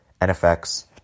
NFX